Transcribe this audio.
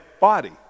body